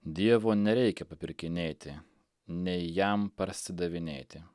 dievo nereikia papirkinėti nei jam parsidavinėti